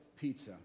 pizza